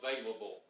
available